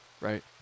right